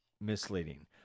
misleading